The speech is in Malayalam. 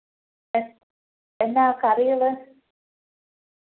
എ എന്നാൽ കറികൾ